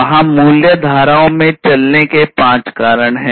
वहाँ मूल्य धाराओं में चलने के पाँच चरण हैं